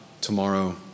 tomorrow